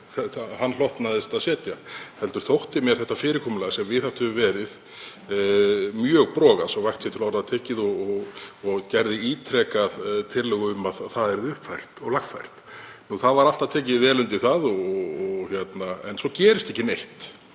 hann hlotnaðist að setja heldur þótti mér það fyrirkomulag sem viðhaft hefur verið mjög brogað, svo að vægt sé til orða tekið, og gerði ítrekað tillögu um að það yrði uppfært og lagfært. Alltaf var tekið vel undir það en svo gerist ekki neitt.